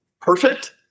perfect